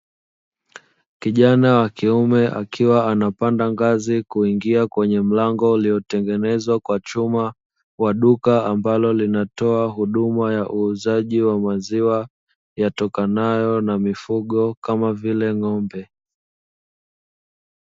Kijana wa kiume akiwa anapanda ngazi kuingia kwenye mlango uliotengenezwa kwa chuma wa duka ambalo linatoa huduma ya uuzaji wa maziwa yatokanayo na mifugo, kama vile ng'ombe.